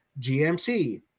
gmc